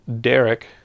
Derek